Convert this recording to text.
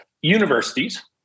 Universities